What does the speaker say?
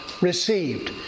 received